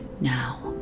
now